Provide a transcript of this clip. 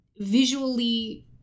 visually